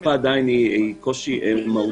השפה היא עדיין קושי מהותי.